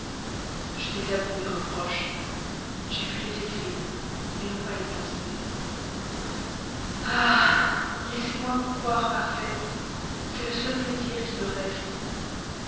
je désavoue mes reproches j'ai pu les écrire mais non pas les penser ah laissez-moi vous croire parfaite c'est le seul plaisir qui me reste